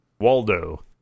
Waldo